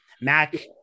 Mac